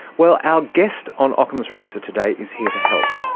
well, our guest on ockham's razor today is here to help.